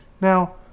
now